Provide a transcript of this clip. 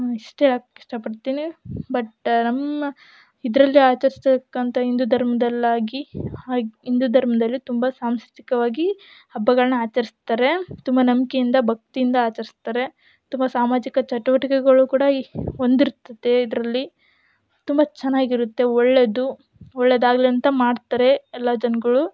ಇಷ್ಟ್ ಹೇಳಕ್ ಇಷ್ಟ ಪಡ್ತೀನಿ ಬಟ್ ನಮ್ಮ ಇದರಲ್ಲಿ ಆಚರಿಸ್ತಕ್ಕಂಥ ಹಿಂದೂ ಧರ್ಮದಲ್ಲಿ ಆಗಿ ಹಿಂದೂ ಧರ್ಮದಲ್ಲಿ ತುಂಬ ಸಾಂಸ್ಕೃತಿಕವಾಗಿ ಹಬ್ಬಗಳನ್ನ ಆಚರ್ಸ್ತಾರೆ ತುಂಬ ನಂಬಿಕೆಯಿಂದ ಭಕ್ತಿಯಿಂದ ಆಚರ್ಸ್ತಾರೆ ತುಂಬ ಸಾಮಾಜಿಕ ಚಟುವಟಿಕೆಗಳು ಕೂಡ ಹೊಂದಿರ್ತದೆ ಇದರಲ್ಲಿ ತುಂಬ ಚೆನ್ನಾಗಿರುತ್ತೆ ಒಳ್ಳೆಯದು ಒಳ್ಳೆದಾಗಲಿ ಅಂತ ಮಾಡ್ತಾರೆ ಎಲ್ಲ ಜನಗಳು